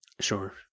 Sure